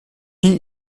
die